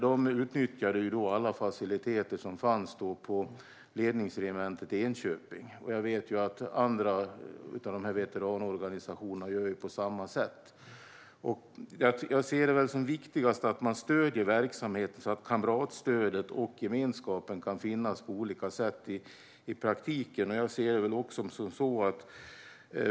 De utnyttjade alla faciliteter på Ledningsregementet i Enköping, och jag vet att andra veteranorganisationer gör detsamma. Jag ser det som viktigast att man stöder verksamheten så att kamratstödet och gemenskapen kan finnas på olika sätt i praktiken.